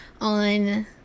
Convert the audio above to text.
on